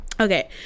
okay